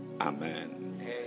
Amen